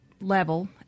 level